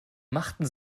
machten